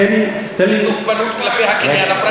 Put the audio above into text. זו תוקפנות כלפי הקניין הפרטי.